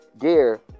gear